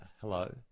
hello